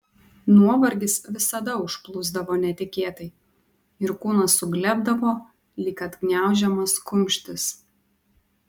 nuovargis visada užplūsdavo netikėtai ir kūnas suglebdavo lyg atgniaužiamas kumštis